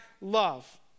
love